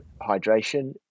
hydration